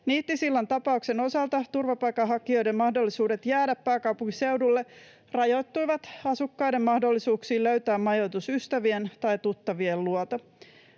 Nihtisillan tapauksen osalta turvapaikanhakijoiden mahdollisuudet jäädä pääkaupunkiseudulle rajoittuivat asukkaiden mahdollisuuksiin löytää majoitus ystävien tai tuttavien luota.